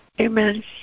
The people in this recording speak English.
Amen